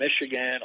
Michigan